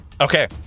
Okay